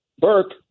Burke